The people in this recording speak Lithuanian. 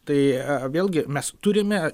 tai vėlgi mes turime